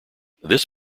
this